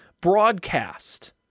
broadcast